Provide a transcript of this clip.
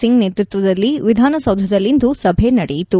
ಸಿಂಗ್ ನೇತೃತ್ವದಲ್ಲಿ ವಿಧಾನಸೌಧದಲ್ಲಿಂದು ಸಭೆ ನಡೆಯಿತು